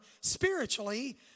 spiritually